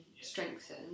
strengthen